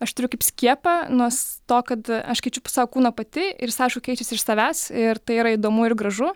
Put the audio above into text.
aš turiu kaip skiepą nors to kad aš keičiu savo kūną pati ir jis aišku keičiasi iš savęs ir tai yra įdomu ir gražu